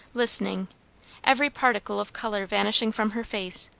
listening every particle of colour vanishing from her face,